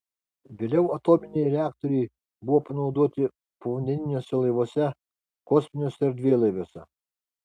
vėliau atominiai reaktoriai buvo panaudoti povandeniniuose laivuose kosminiuose erdvėlaiviuose